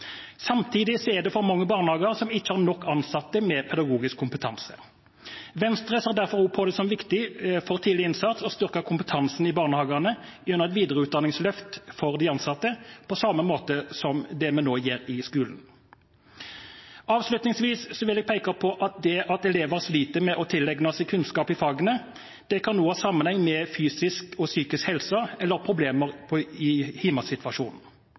er det for mange barnehager som ikke har nok ansatte med pedagogisk kompetanse. Venstre ser derfor på det som viktig for tidlig innsats å styrke kompetansen i barnehagene, gjennom et videreutdanningsløft for de ansatte, på samme måte som vi gjør det i skolen. Avslutningsvis vil jeg peke på at det at elever sliter med å tilegne seg kunnskap i fagene, kan ha sammenheng med fysisk eller psykisk helse, eller problemer i